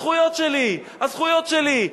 הזכויות שלי,